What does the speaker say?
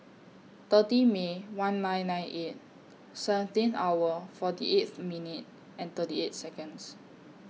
thirty May one nine eight eight seventeen hour forty eighth minutes thirty eighth Seconds